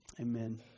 Amen